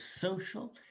social